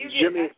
Jimmy